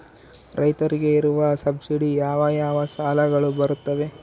ರೈತರಿಗೆ ಇರುವ ಸಬ್ಸಿಡಿ ಯಾವ ಯಾವ ಸಾಲಗಳು ಬರುತ್ತವೆ?